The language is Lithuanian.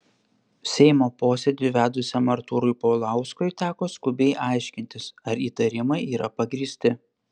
seimo posėdį vedusiam artūrui paulauskui teko skubiai aiškintis ar įtarimai yra pagrįsti